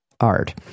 art